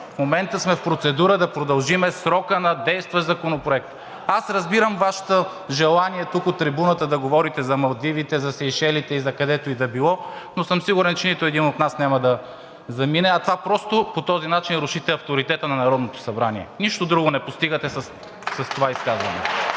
В момента сме в процедура да продължим срока на действащ законопроект. Аз разбирам Вашето желание тук от трибуната да говорите за Малдивите, за Сейшелите и за където и да било, но съм сигурен, че нито един от нас няма да замине – просто по този начин рушите авторитета на Народното събрание. Нищо друго не постигате с това изказване.